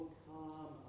come